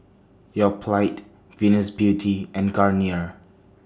Yoplait Venus Beauty and Garnier